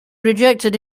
rejected